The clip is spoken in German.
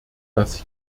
dass